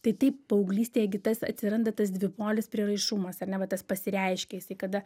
tai taip paauglystėje gi tas atsiranda tas dvipolis prieraišumas ar ne va tas pasireiškia jisai kada